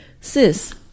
Sis